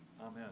Amen